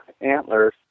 antlers